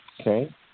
Okay